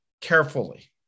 carefully